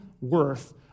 worth